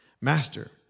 Master